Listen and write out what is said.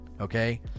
okay